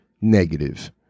Negative